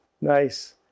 Nice